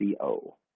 co